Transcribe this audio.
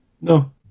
No